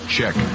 Check